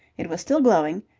it was still glowing,